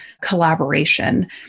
collaboration